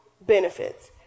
benefits